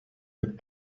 but